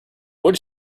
what